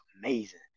amazing